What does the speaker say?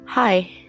Hi